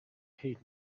heat